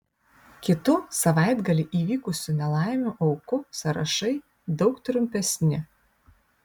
kitų savaitgalį įvykusių nelaimių aukų sąrašai daug trumpesni